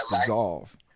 dissolve